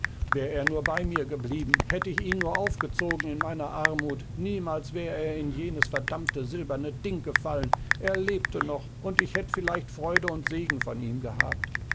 wär er nur bei mir geblieben hätt ich ihn nur aufgezogen in meiner armut niemals wär er in jenes verdammte silberne ding gefallen er lebte noch und ich hätt vielleicht freude und segen von ihm gehabt